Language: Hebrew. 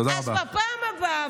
אז בפעם הבא,